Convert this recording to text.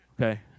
Okay